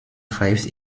greift